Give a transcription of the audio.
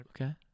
Okay